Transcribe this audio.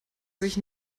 sich